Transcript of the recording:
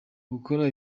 gukora